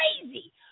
crazy